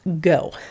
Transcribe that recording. go